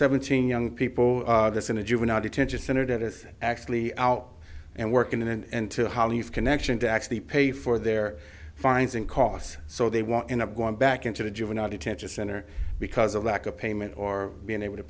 seventeen young people this in a juvenile detention center that is actually out and working and to holly's connection to actually pay for their fines and costs so they won't end up going back into the juvenile detention center because of lack of payment or being able to